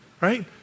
Right